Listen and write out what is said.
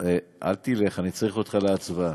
אל תלך, אני צריך אותך להצבעה.